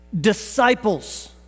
disciples